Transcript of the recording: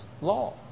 law